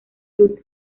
club